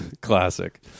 Classic